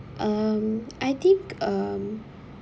um I think um